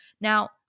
Now